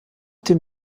dem